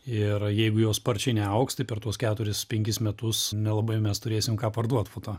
ir jeigu jos sparčiai neaugs tai per tuos keturis penkis metus nelabai mes turėsim ką parduot po to